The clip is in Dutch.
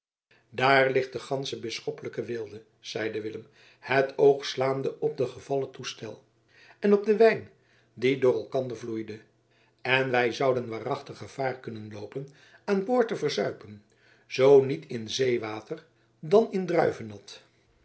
daar ligt de gansche bisschoppelijke weelde zeide willem het oog slaande op den gevallen toestel en op den wijn die door elkander vloeide en wij zouden waarachtig gevaar kunnen loopen aan boord te verzuipen zoo niet in zeewater dan in druivennat